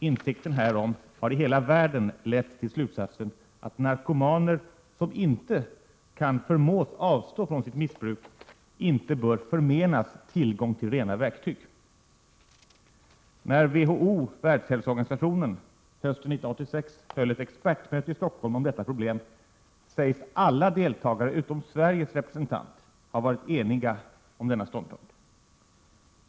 Insikten härom har i hela världen lett till slutsatsen att narkomaner som inte kan förmås avstå från sitt missbruk inte bör förmenas tillgång till rena verktyg. När WHO, Världshälsoorganisationen, hösten 1986 höll ett expertmöte i Stockholm om detta problem sägs alla deltagare utom Sveriges representant ha varit eniga om denna ståndpunkt.